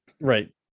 right